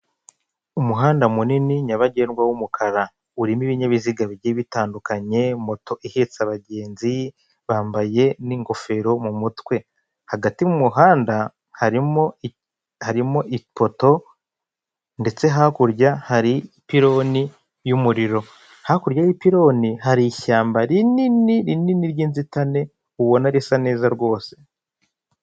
Umuhanda munini nyabagendwa w'umukara urimo ibinyabiziga bigiye bitandukanye moto ihetse abagenzi bambaye n'ingofero mu mutwe, hagati mu muhanda harimo harimo ipoto ndetse hakurya hari ipironi y'umuriro, hakurya y'ipironi hari ishyamba rinini rinini ry'inzitane ubona risa neza rwose.